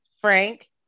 frank